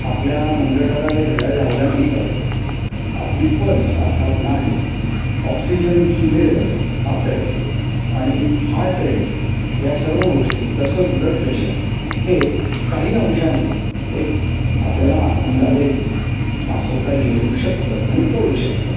आपल्या मनगटाला ते घड्याळ लावल्यानंतर आपली पल्स अर्थात नाडी ऑक्सिजनची लेवल पातळी आणि हार्ट रेट या सर्व गोष्टी तसंच ब्लड प्रेशर हे काही अंशानी एक आपल्याला अंदाजे दाखवता येऊ शकतं आणि कळू शकतं